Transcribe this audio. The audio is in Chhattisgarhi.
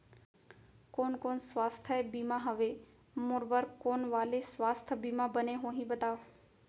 कोन कोन स्वास्थ्य बीमा हवे, मोर बर कोन वाले स्वास्थ बीमा बने होही बताव?